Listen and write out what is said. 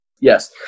Yes